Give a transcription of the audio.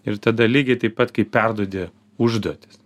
ir tada lygiai taip pat kaip perduodi užduotis